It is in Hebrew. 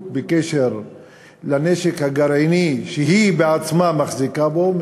בקשר לנשק הגרעיני שהיא בעצמה מחזיקה בו,